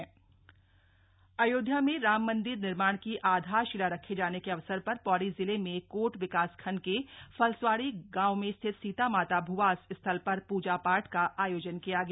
सीतावन कार्यक्रम अयोध्या में राममंदिर निर्माण की आधारशिला रखे जाने के अवसर पर पौड़ी जिले में कोट विकासखण्ड के फलस्वाड़ी गांव में स्थित सीतामाता भूवास स्थल पर पूजा पाठ का आयोजन किया गया